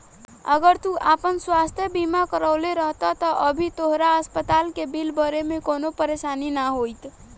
अगर तू आपन स्वास्थ बीमा करवले रहत त अभी तहरा अस्पताल के बिल भरे में कवनो परेशानी ना होईत